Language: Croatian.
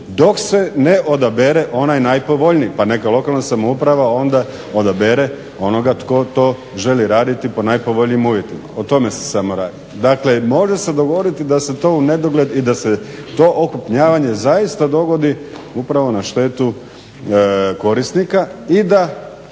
dok se ne odabere onaj najpovoljniji pa neka lokalna samouprava onda odabere onoga tko to želi raditi po najpovoljnijim uvjetima. O tome se samo radi. Dakle, može se dogoditi da se to u nedogled i da se to okrupnjavanje zaista dogodi upravo na štetu korisnika i da